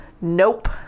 Nope